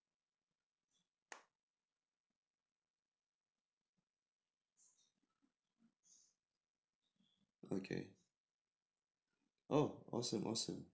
okay oh awesome awesome